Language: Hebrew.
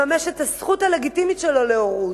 לממש את הזכות הלגיטימית שלו להורות.